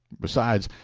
besides,